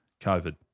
COVID